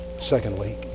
Secondly